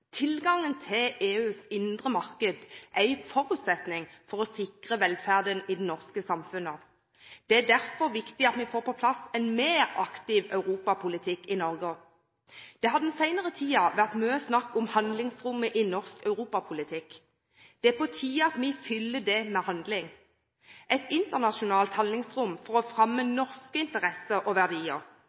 forutsetning for å sikre velferden i det norske samfunnet. Det er derfor viktig at vi får på plass en mer aktiv europapolitikk i Norge. Det har i den senere tiden vært mye snakk om handlingsrommet i norsk europapolitikk. Det er på tide at vi fyller det med handling – et internasjonalt handlingsrom for å fremme norske interesser og verdier.